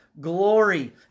glory